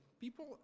people